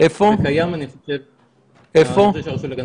מה?